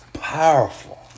powerful